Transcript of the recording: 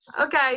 okay